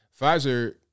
Pfizer